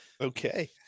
Okay